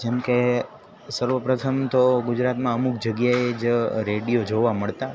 જેમકે સર્વપ્રથમ તો ગુજરાતમાં અમુક જગ્યાએ જ રેડિયો જોવા મળતા